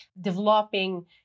developing